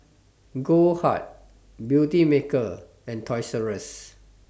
Goldheart Beautymaker and Toys Rus